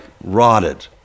rotted